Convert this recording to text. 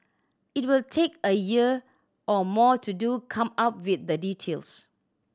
it will take a year or more to do come up with the details